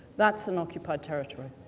that's an occupied territory,